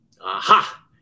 Aha